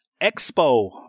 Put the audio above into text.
expo